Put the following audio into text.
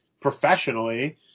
professionally